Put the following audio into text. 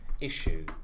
issue